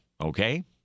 okay